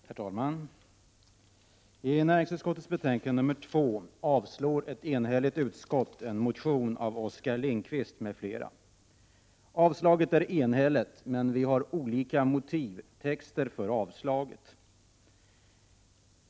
Herr talman! I näringsutskottets betänkande 2 avstyrker ett enhälligt utskott en motion av Oskar Lindkvist m.fl. Beslutet är enhälligt, men vi har olika motivtexter för avslagsyrkandet.